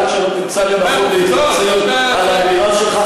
עד שלא תמצא לנכון להתנצל על האמירה שלך,